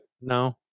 no